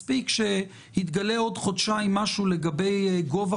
מספיק שיתגלה עוד חודשיים משהו לגבי גובה